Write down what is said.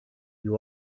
you